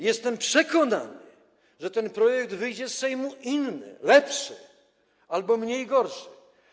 Jestem przekonany, że ten projekt wyjdzie z Sejmu inny, lepszy albo mniej gorszy.